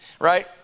right